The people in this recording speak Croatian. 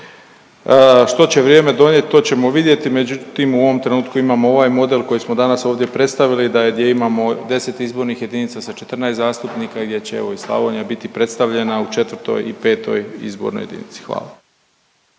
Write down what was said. Što će vrijeme donijeti to ćemo vidjeti međutim u ovom trenutku imamo ovaj model koji smo danas ovdje predstavili da gdje imamo 10 izbornih jedinica sa 14 zastupnika i gdje će evo i Slavonija biti predstavljena u IV. i V. izbornoj jedinici. Hvala.